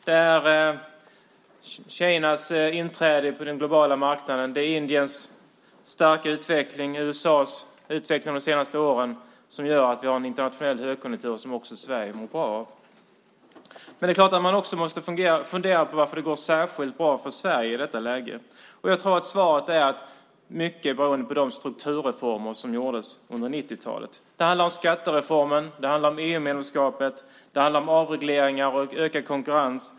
Det är Kinas inträde på den globala marknaden, Indiens starka utveckling och USA:s utveckling de senaste åren som gör att vi har en internationell högkonjunktur som också Sverige mår bra av. Men det är klart att man också måste fundera på varför det i detta läge går särskilt bra för Sverige. Svaret är att det är mycket beroende på de strukturreformer som gjordes under 90-talet. Det handlar om skattereformen, EU-medlemskapet, avregleringar och konkurrens.